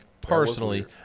personally